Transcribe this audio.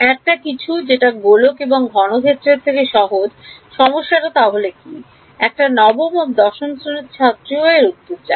একটা কিছু যেটা গোলক এবং ঘন ক্ষেত্রের থেকে সহজ সমস্যাটা তাহলে কি একটা নবম ও দশম শ্রেণীর ছাত্র ও এর উত্তর জানে